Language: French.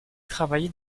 travailler